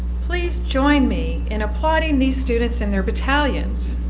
please join me in applauding these students and their battalions.